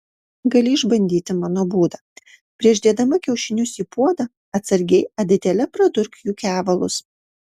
gali išbandyti mano būdą prieš dėdama kiaušinius į puodą atsargiai adatėle pradurk jų kevalus